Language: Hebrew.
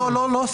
לא, לא.